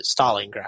Stalingrad